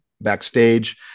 backstage